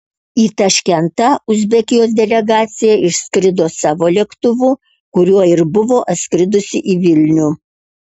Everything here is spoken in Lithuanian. į taškentą uzbekijos delegacija išskrido savo lėktuvu kuriuo ir buvo atskridusi į vilnių